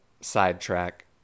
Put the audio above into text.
sidetrack